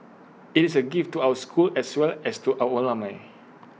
IT is A gift to our school as well as to our